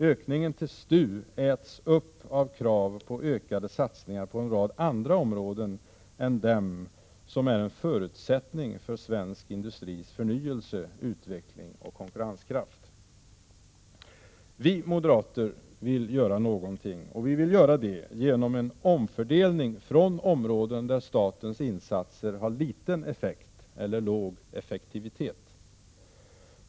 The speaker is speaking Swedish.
Ökningen till STU äts upp av krav på ökade satsningar på en rad andra områden än de som är en förutsättning för svensk industris förnyelse, utveckling och konkurrenskraft. Vi moderater vill göra någonting, och vi vill göra det genom omfördelning från områden där statens insatser har liten effekt eller låg effektivitet.